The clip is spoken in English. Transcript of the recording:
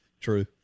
True